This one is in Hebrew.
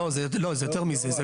לא, זה יותר מזה.